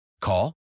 Call